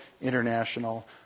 international